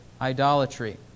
idolatry